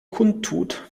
kundtut